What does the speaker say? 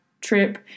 trip